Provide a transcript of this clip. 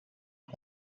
and